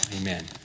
Amen